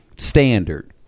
standard